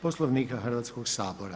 Poslovnika Hrvatskog sabora.